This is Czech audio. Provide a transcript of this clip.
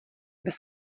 bez